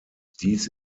dies